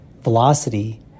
velocity